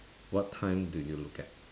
what time do you look at